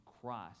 christ